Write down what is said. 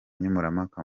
nkemurampaka